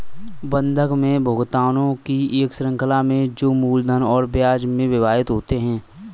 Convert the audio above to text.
बंधक में भुगतानों की एक श्रृंखला में जो मूलधन और ब्याज में विभाजित होते है